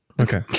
Okay